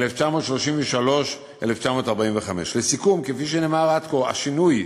1933 1945. לסיכום, כפי שנאמר עד כה, השינוי,